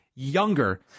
Younger